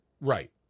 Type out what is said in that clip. right